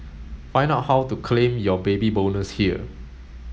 find out how to claim your Baby Bonus here